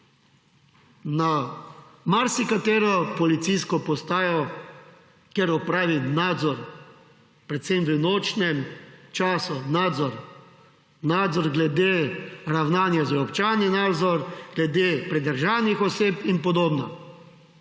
na marsikatero policijsko postajo, kjer opravi nadzor, predvsem v nočnem času nadzor glede ravnanja z občani, nadzor glede pridržanih oseb in podobno.